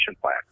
plan